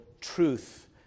truth